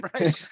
Right